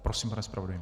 Prosím, pane zpravodaji.